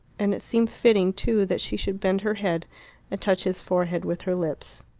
and it seemed fitting, too, that she should bend her head and touch his forehead with her lips.